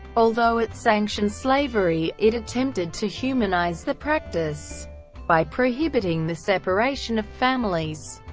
although it sanctioned slavery, it attempted to humanise the practice by prohibiting the separation of families.